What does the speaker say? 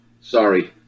sorry